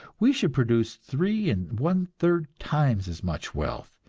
we should produce three and one-third times as much wealth,